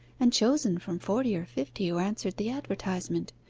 and chosen from forty or fifty who answered the advertisement,